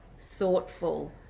thoughtful